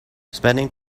spending